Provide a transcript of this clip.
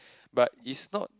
but is not